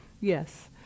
yes